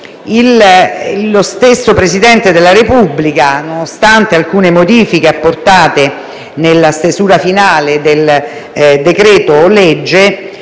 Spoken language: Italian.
lo stesso Presidente della Repubblica, nonostante alcune modifiche apportate nella stesura finale del decreto‑legge,